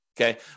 Okay